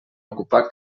ocupar